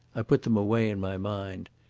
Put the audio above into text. i put them away in my mind.